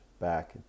back